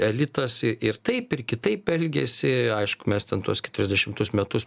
elitas ir taip ir kitaip elgėsi aišku mes ten tuos keturiasdešimtus metus